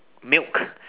milk